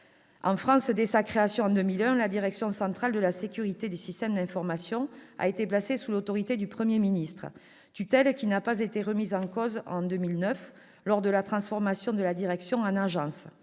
En France, dès sa création en 2001, la Direction centrale de la sécurité des systèmes d'information a été placée sous l'autorité du Premier ministre, cette tutelle n'ayant pas été remise en cause en 2009 lors de la transformation de la direction en agence.